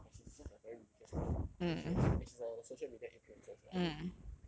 I don't know lah but she's just a very religious christian and she was and she's a social media influencer also I think